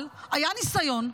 אבל היה ניסיון,